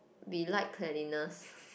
we like cleanliness